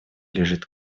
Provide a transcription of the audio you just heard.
лежит